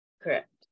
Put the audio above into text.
Correct